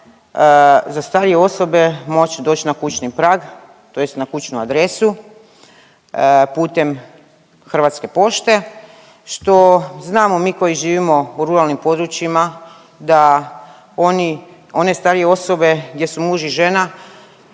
za starije osobe moći doći na kućni prag, tj. na kućnu adresu putem Hrvatske pošte što znamo mi koji živimo u ruralnim područjima da one starije osobe gdje su muž i žena